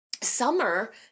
Summer